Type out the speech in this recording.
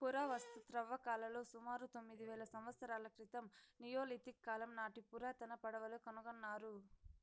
పురావస్తు త్రవ్వకాలలో సుమారు తొమ్మిది వేల సంవత్సరాల క్రితం నియోలిథిక్ కాలం నాటి పురాతన పడవలు కనుకొన్నారు